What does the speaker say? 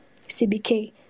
CBK